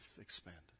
expanded